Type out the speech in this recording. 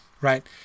Right